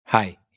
Hi